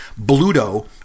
Bluto